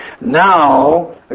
Now